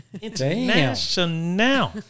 International